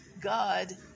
God